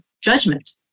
judgment